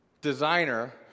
Designer